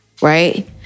right